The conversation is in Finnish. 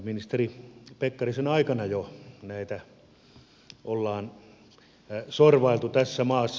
ministeri pekkarisen aikana jo näitä ollaan sorvailtu tässä maassa